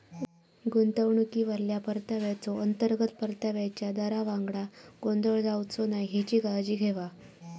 गुंतवणुकीवरल्या परताव्याचो, अंतर्गत परताव्याच्या दरावांगडा गोंधळ जावचो नाय हेची काळजी घेवा